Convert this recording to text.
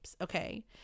okay